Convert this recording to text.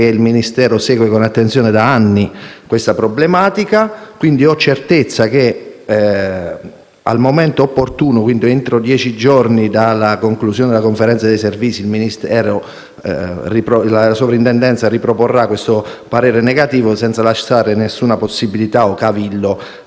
il Ministero segue da anni con attenzione questa problematica e ho quindi certezza che, al momento opportuno, quindi entro dieci giorni dalla conclusione della conferenza dei servizi, la Soprintendenza riproporrà il parere negativo, senza lasciare alcuna possibilità o cavillo